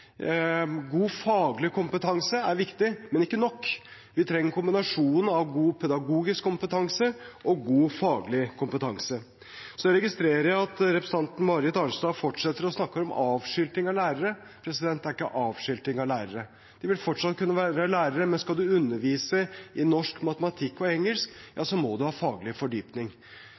God faglig kompetanse er viktig, men ikke nok. Vi trenger kombinasjonen av god pedagogisk kompetanse og god faglig kompetanse. Så registrerer jeg at representanten Marit Arnstad fortsetter å snakke om avskilting av lærere. Det er ikke avskilting av lærere. De vil fortsatt kunne være lærere, men skal man undervise i norsk, matematikk og engelsk, må man ha faglig fordypning.